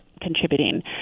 contributing